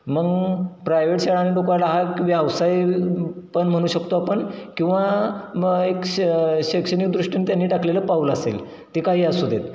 मग प्रायव्हेट शाळांनी लोकांला हा एक व्यवसाय पण म्हनू शकतो आपण किंवा म एक श शैक्षणिकदृष्टीने त्यांनी टाकलेलं पाऊल असेल ते काही असू दे